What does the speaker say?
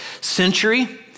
century